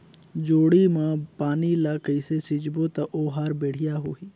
जोणी मा पानी ला कइसे सिंचबो ता ओहार बेडिया होही?